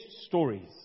stories